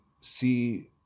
see